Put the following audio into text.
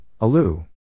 Alu